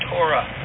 Torah